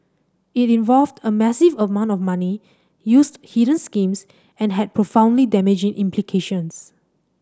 it involved a massive amount of money used hidden schemes and had profoundly damaging implications